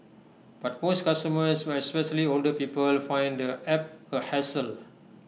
but most customers especially older people find the app A hassle